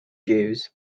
jews